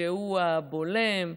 שהוא הבולם,